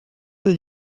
will